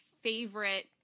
favorite